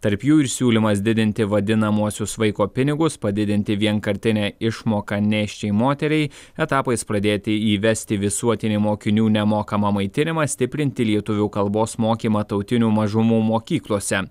tarp jų ir siūlymas didinti vadinamuosius vaiko pinigus padidinti vienkartinę išmoką nėščiai moteriai etapais pradėti įvesti visuotinį mokinių nemokamą maitinimą stiprinti lietuvių kalbos mokymą tautinių mažumų mokyklose